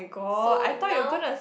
so now